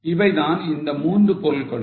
இவைதான் அந்த மூன்று பொருட்களும்